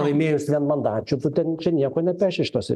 laimėjus vienmandačiu tu ten nieko nepeši šituose